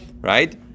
right